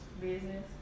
Business